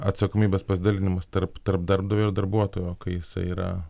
atsakomybės pasidalinimas tarp tarp darbdavio ir darbuotojo kai jisai yra